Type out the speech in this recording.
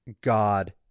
God